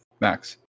Max